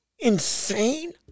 Insane